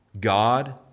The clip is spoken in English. God